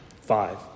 Five